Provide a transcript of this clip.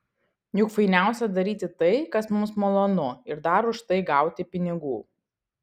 juk fainiausia daryti tai kas mums malonu ir dar už tai gauti pinigų